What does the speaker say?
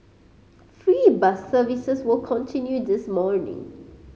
free bus services will continue this morning